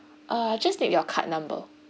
uh I just take your card number